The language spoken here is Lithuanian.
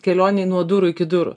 kelionei nuo durų iki durų